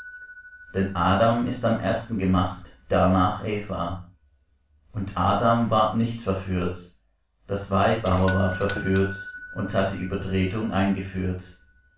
denn adam ist am ersten gemacht darnach eva und adam ward nicht verführt das weib aber ward verführt und hat die übertretung eingeführt